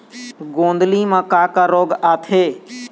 गोंदली म का का रोग आथे?